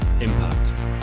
impact